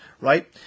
Right